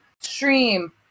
stream